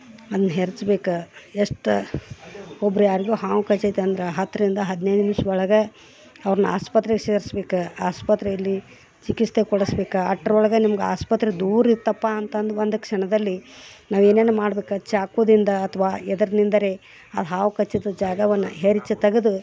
ಅದ್ನ ಹೆರಿಚ್ಬೇಕು ಎಷ್ಟು ಒಬ್ರು ಯಾರಿಗೋ ಹಾವು ಕಚೈತಂದ್ರೆ ಹತ್ತರಿಂದ ಹದಿನೈದು ನಿಮಿಷದ ಒಳಗೆ ಅವ್ರನ್ನ ಆಸ್ಪತ್ರೆಗೆ ಸೇರಿಸ್ಬೇಕು ಆಸ್ಪತ್ರೇಲಿ ಚಿಕಿತ್ಸೆ ಕೊಡಿಸ್ಬೇಕು ಅಷ್ಟ್ರೊಳಗ ನಿಮ್ಗೆ ಆಸ್ಪತ್ರೆ ದೂರ ಇತ್ತಪಾ ಅಂತಂದ್ರೆ ಒಂದು ಕ್ಷಣದಲ್ಲಿ ನಾವೇನೇನು ಮಾಡ್ಬೇಕು ಚಾಕುದಿಂದ ಅಥ್ವಾ ಎದರ ನಿಂದಾರೆ ಅದು ಹಾವು ಕಚ್ಚಿದ ಜಾಗವನ್ನ ಹೆರಚಿ ತೆಗೆದು